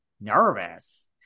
Nervous